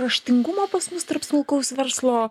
raštingumo pas mus tarp smulkaus verslo